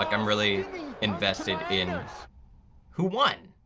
like i'm really invested in ah who won?